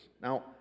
Now